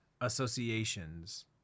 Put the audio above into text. associations